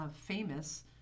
famous